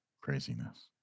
craziness